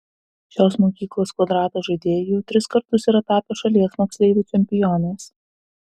šios mokyklos kvadrato žaidėjai jau tris kartus yra tapę šalies moksleivių čempionais